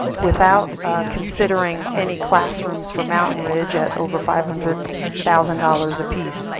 without considering any classrooms for mountain ridge at over five hundred thousand dollars apiece,